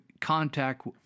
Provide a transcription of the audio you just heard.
contact